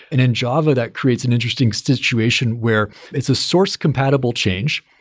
and in java, that creates an interesting situation where it's a source compatible change,